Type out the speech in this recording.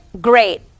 great